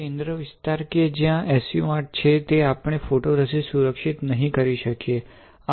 અને કેન્દ્ર વિસ્તાર કે જ્યા SU 8 છે તે આપણે ફોટોરેઝિસ્ટ સુરક્ષિત નહીં કરી શકીએ